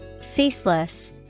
Ceaseless